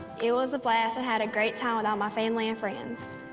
it was a blast. i had a great time with all my family and friends.